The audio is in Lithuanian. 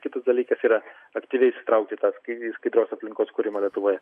kitas dalykas yra aktyviai įsitraukti į tą skaidrios aplinkos kūrimą lietuvoje